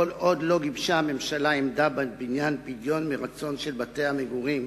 כל עוד לא גיבשה הממשלה עמדה בעניין פדיון מרצון של בתי-המגורים,